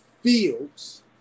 Fields